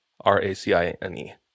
R-A-C-I-N-E